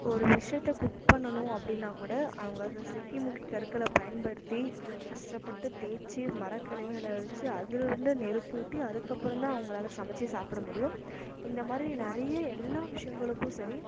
ஒரு விஷயத்த குக் பண்ணணும் அப்படின்னா கூட அவங்க சிக்கிமுக்கி கற்களை பயன்படுத்தி கஷ்டப்பட்டு தேய்ச்சி மர கிளைகளை வச்சு அதில் இருந்து நெருப்பு மூட்டி அதுக்கு அப்புறம் தான் அவங்களாலே சமைச்சி சாப்பிட முடியும் இந்த மாதிரி நிறைய எல்லா விஷயங்களுக்கும் சரி